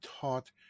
taught